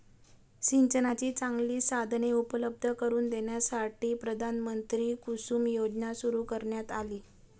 सिंचनाची चांगली साधने उपलब्ध करून देण्यासाठी प्रधानमंत्री कुसुम योजना सुरू करण्यात आली